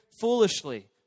foolishly